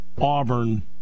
Auburn